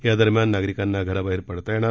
या दरम्यान नागरिकांना घराबाहेर पडता येणार नाही